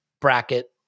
bracket